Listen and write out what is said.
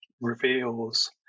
reveals